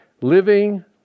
Living